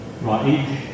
Right